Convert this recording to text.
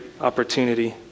opportunity